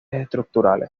estructurales